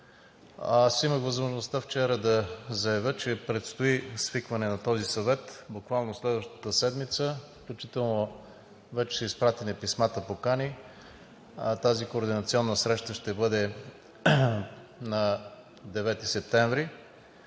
Аз имах възможността вчера да заявя, че предстои свикване на този Съвет буквално следващата седмица, включително вече са изпратени писмата покани. Тази координационна среща ще бъде на 9 септември,